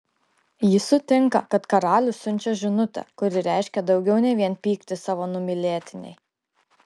ji sutinka kad karalius siunčia žinutę kuri reiškia daugiau nei vien pyktį savo numylėtinei